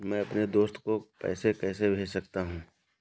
मैं अपने दोस्त को पैसे कैसे भेज सकता हूँ?